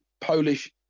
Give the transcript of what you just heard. Polish